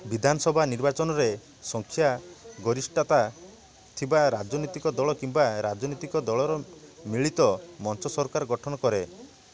ବିଧାନସଭା ନିର୍ବାଚନରେ ସଂଖ୍ୟା ଗରିଷ୍ଠତା ଥିବା ରାଜନୈତିକ ଦଳ କିମ୍ବା ରାଜନୈତିକ ଦଳର ମିଳିତ ମଞ୍ଚ ସରକାର ଗଠନ କରେ